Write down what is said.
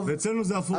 ואצלנו זה הפוך.